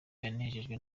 yanejejwe